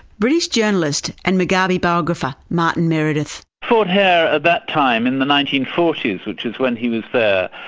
british journalist and mugabe biographer, martin meredith. fort hare at that time in the nineteen forty s which was when he was there,